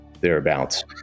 thereabouts